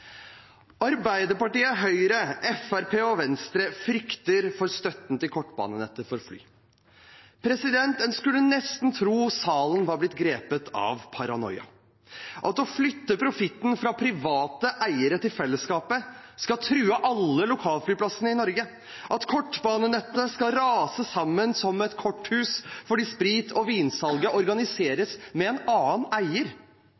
Arbeiderpartiet, Høyre, Fremskrittspartiet og Venstre frykter for støtten til kortbanenettet for fly. En skulle nesten tro salen var blitt grepet av paranoia – for at å flytte profitten fra private eiere til fellesskapet skal true alle lokalflyplassene i Norge, at kortbanenettene skal rase sammen som et korthus fordi sprit- og vinsalget organiseres med en annen eier,